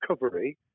recovery